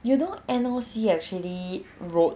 you know N_O_C actually wrote